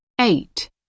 Eight